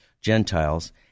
Gentiles